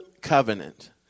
covenant